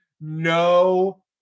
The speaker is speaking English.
no